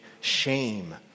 shame